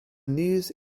news